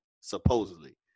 supposedly